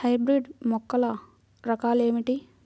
Hybrid మొక్కల రకాలు ఏమిటి?